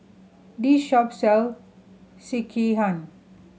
this shop sell Sekihan